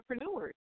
entrepreneurs